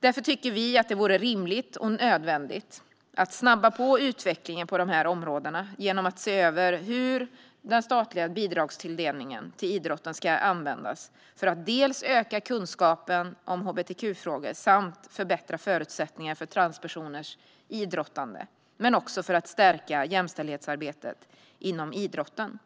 Vi tycker därför att det vore rimligt och nödvändigt att snabba på utvecklingen på dessa områden. Det kan man göra genom att se över hur den statliga bidragstilldelningen till idrotten ska användas, för att öka kunskapen om hbtq-frågor samt förbättra förutsättningarna för transpersoners idrottande men också för att stärka jämställdhetsarbetet inom idrotten.